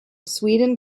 sweden